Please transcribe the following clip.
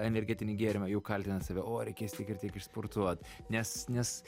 energetinį gėrimą jau kaltinat save o reikės tiek ir tiek išsportuot nes nes